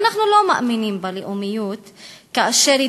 אנחנו לא מאמינים בלאומיות כאשר היא